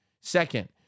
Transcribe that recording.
Second